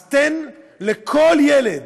אז תן לכל ילד,